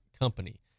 Company